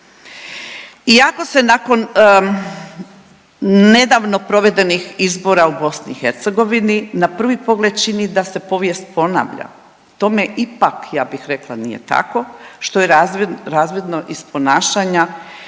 I ako se nakon nedavno provedenih izbora u BiH na prvi pogled čini da se povijest ponavlja tome ipak ja bih rekla nije tako što je razvidno iz ponašanja